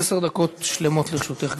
עשר דקות שלמות לרשותך, גברתי.